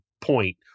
point